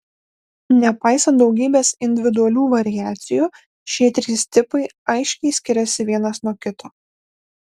nepaisant daugybės individualių variacijų šie trys tipai aiškiai skiriasi vienas nuo kito